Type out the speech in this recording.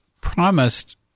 promised